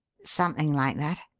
something like that,